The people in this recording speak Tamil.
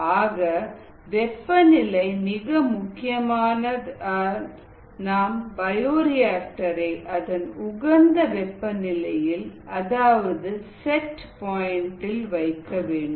ஆக வெப்பநிலை மிக முக்கியமான தான் நாம் பயோரிஆக்டர் ஐ அதன் உகந்த வெப்பநிலையில் அதாவது செட் பாயிண்டில் வைக்க வேண்டும்